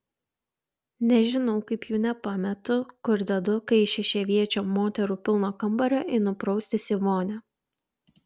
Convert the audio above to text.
nežinau kaip jų nepametu kur dedu kai iš šešiaviečio moterų pilno kambario einu praustis į vonią